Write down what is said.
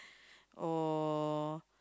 oh